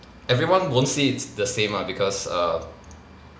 everyone won't say it's the same lah because err